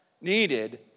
needed